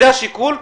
זה השיקול,